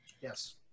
Yes